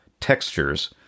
textures